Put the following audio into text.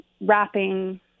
wrapping